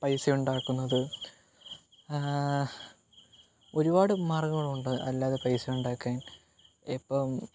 പൈസ ഉണ്ടാക്കുന്നത് ഒരുപാട് മാർഗ്ഗങ്ങളുണ്ട് അല്ലാതെ പൈസ ഉണ്ടാക്കാൻ ഇപ്പം